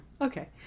Okay